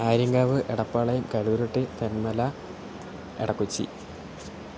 Aryankavu Edapalayam Kadurutti Thenmala Edakochi